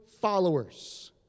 followers